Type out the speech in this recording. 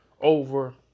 over